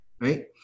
right